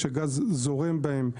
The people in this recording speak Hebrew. שגז זורם בהם - 630.